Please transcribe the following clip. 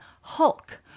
hulk